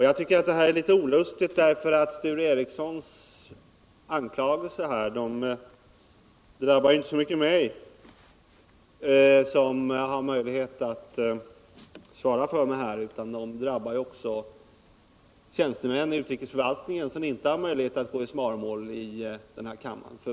Jag tycker detta är litet olustigt, för Sture Ericsons anklagelser drabbar inte så mycket mig, som har möjlighet att svara för mig här i kammaren, som tjänstemän i utrikesförvaltningen som inte har möjlighet att gå i svaromål här.